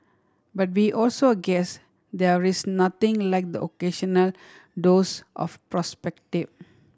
but we also guess there is nothing like the occasional dose of perspective